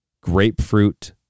grapefruit